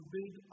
big